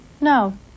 no